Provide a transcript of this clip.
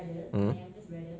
mm